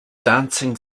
dancing